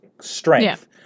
strength